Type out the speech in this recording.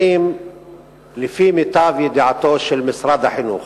האם לפי מיטב ידיעתו של משרד החינוך,